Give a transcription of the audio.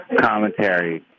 commentary